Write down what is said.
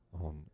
on